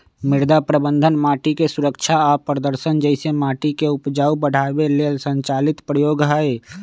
मृदा प्रबन्धन माटिके सुरक्षा आ प्रदर्शन जइसे माटिके उपजाऊ बढ़ाबे लेल संचालित प्रयोग हई